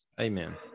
Amen